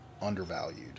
undervalued